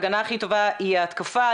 ההגנה הכי טובה היא ההתקפה,